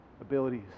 abilities